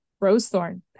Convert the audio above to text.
Rosethorn